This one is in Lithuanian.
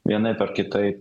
vienaip ar kitaip